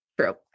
True